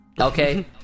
Okay